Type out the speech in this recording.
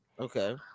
Okay